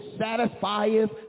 satisfieth